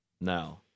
now